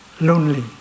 lonely